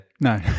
No